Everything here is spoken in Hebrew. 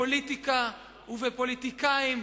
בפוליטיקה ובפוליטיקאים,